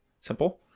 Simple